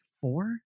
four